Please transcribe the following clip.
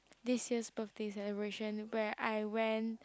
this year birthday celebration when I went